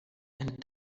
and